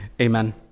amen